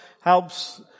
helps